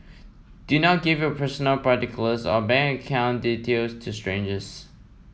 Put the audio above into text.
do not give your personal particulars or bank account details to strangers